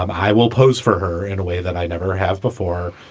um i will pose for her in a way that i never have before.